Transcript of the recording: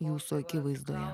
jūsų akivaizdoje